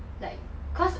like cause